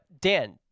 Dan